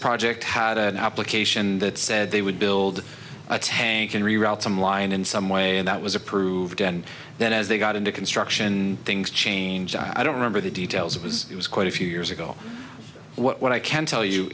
project had an application that said they would build a tank and reroute some line in some way and that was approved and then as they got into construction things change i don't remember the details it was it was quite a few years ago what i can tell you